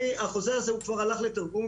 והחוזה הזה הוא כבר הלך לתרגום.